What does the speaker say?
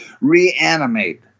reanimate